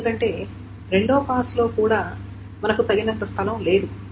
ఎందుకంటే రెండవ పాస్లో కూడా మనకు తగినంత స్థలం లేదు